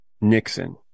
Nixon